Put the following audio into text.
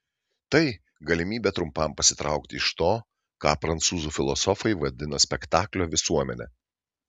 tai galimybė trumpam pasitraukti iš to ką prancūzų filosofai vadina spektaklio visuomene